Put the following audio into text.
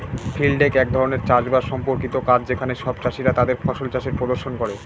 field day এক ধরনের চাষ বাস সম্পর্কিত কাজ যেখানে সব চাষীরা তাদের ফসল চাষের প্রদর্শন করে